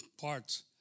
parts